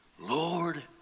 Lord